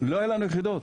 לא היה לנו יחידות.